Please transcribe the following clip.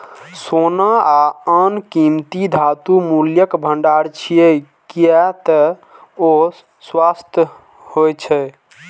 सोना आ आन कीमती धातु मूल्यक भंडार छियै, कियै ते ओ शाश्वत होइ छै